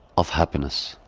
of happiness.